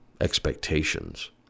expectations